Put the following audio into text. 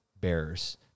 bears